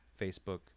Facebook